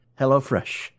HelloFresh